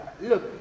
Look